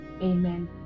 Amen